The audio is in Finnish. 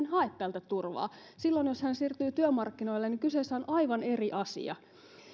hae täältä turvaa jos hän siirtyy työmarkkinoille silloin kyseessä on aivan eri asia